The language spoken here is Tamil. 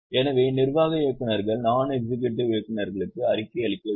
எனவே நிர்வாக இயக்குநர்கள் நாண் எக்ஸிக்யூடிவ் இயக்குநர்களுக்கு அறிக்கை அளிக்க வேண்டும்